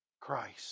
Christ